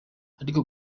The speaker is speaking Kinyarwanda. ariko